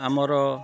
ଆମର